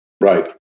Right